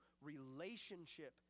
relationship